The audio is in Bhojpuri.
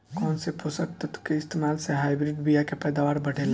कौन से पोषक तत्व के इस्तेमाल से हाइब्रिड बीया के पैदावार बढ़ेला?